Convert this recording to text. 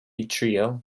trio